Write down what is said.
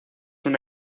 una